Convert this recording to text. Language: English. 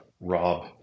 rob